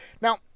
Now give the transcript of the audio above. Now